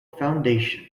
foundation